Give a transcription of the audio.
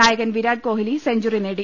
നായകൻ വിരാട് കോഹ്ലി സെഞ്ചുറി നേടി